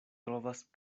trovas